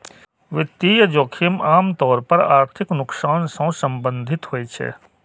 वित्तीय जोखिम आम तौर पर आर्थिक नुकसान सं संबंधित होइ छै